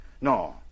No